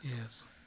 Yes